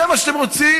זה מה שאתם רוצים?